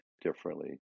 differently